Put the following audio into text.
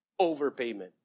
overpayment